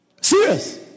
Serious